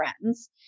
friends